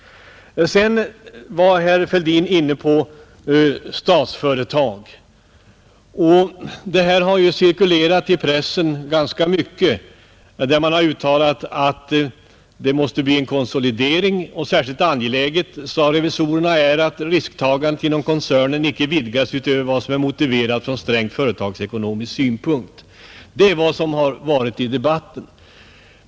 Sedan var herr Fälldin inne på frågan om Statsföretag AB och revisorernas uttalande — som ju har cirkulerat ganska mycket i pressen — att det måste bli en konsolidering. Särskilt angeläget, säger revisorerna, ”är att risktagandet inom koncernen icke vidgas utöver vad som är motiverat från strängt företagsekonomisk synpunkt”. Det är vad som har återgivits i debatten.